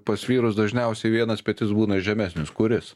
pas vyrus dažniausiai vienas petys būna žemesnis kuris